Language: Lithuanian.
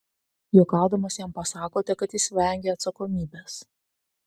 juokaudamas jam pasakote kad jis vengia atsakomybės